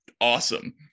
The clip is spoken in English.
awesome